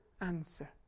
answer